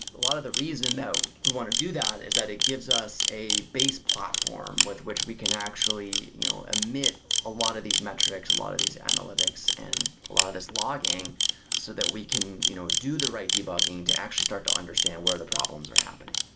a lot of the reason that we want to do that is that it gives us a base platform with which we can actually you know emit a lot of these metrics, a lot of these analytics and a lot of these logging so that we can you know do the right debugging to actually start to understand where the problems are happening.